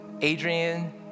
Adrian